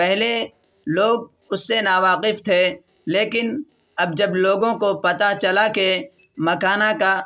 پہلے لوگ اس سے ناواقف تھے لیکن اب جب لوگوں کی پتہ چلا کہ مکھانہ کا